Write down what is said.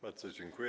Bardzo dziękuję.